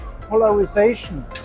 polarization